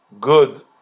good